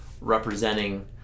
representing